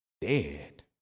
dead